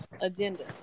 agenda